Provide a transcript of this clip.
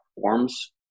forms